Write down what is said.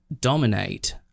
dominate